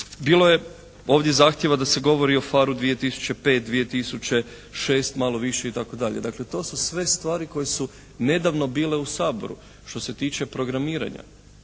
Bilo je ovdje zahtjeva da se govori o PHARE 2005., 2006., malo više itd. Dakle to su sve stvari koje su nedavno bile u Saboru. Što se tiče programiranja,